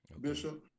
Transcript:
Bishop